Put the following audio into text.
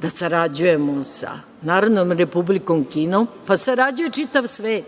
da sarađujemo sa Narodnom republikom Kinom, pa sarađuje čitav svet,